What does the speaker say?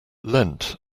lent